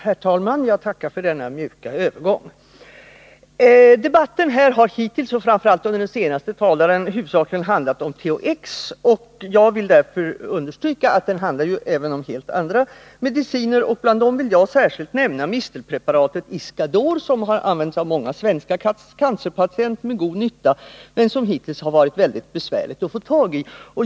Herr talman! Jag tackar för denna mjuka övergång. Debatten här har hittills, och framför allt under den senaste talarens anförande, huvudsakligen handlat om THX. Jag vill därför understryka att debatten ju även handlar om helt andra mediciner. Bland dem vill jag särskilt nämna mistelpreparatet Iscador, som har använts av många svenska cancerpatienter med god nytta men som hittills har varit mycket besvärligt att få tag i.